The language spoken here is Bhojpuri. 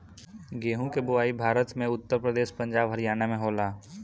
गेंहू के बोआई भारत में उत्तर प्रदेश, पंजाब, हरियाणा में होला